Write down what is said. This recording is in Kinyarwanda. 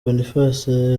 boniface